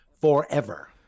forever